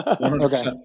Okay